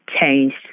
changed